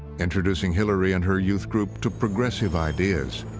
introducing hillary and her youth group to progressive ideas.